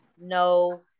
no